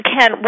Ken